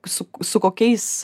su su kokiais